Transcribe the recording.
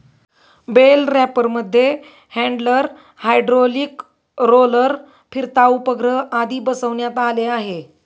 bell रॅपरमध्ये handler, hydraulic roller, फिरता उपग्रह आदी बसवण्यात आले आहे